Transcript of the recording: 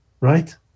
Right